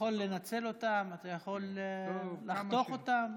יכול לנצל אותן, אתה יכול לחתוך אותן.